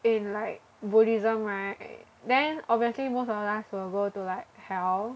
in like Buddhism right then obviously most of us will go to like hell